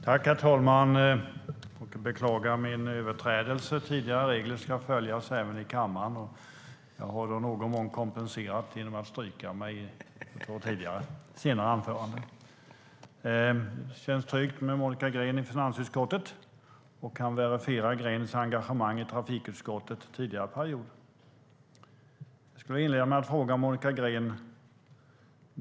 Herr talman! Jag beklagar min överträdelse tidigare. Regler ska följas även i kammaren. Jag har i någon mån kompenserat det genom att stryka mig från två senare anföranden. Det känns tryggt med Monica Green i finansutskottet. Jag kan verifiera Greens engagemang i trafikutskottet under tidigare period.